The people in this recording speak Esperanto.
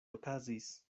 okazis